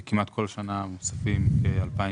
כמעט כל שנה מוספות כ-2,000